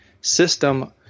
system